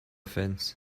fans